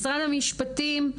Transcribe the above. משרד המשפטים,